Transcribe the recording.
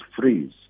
freeze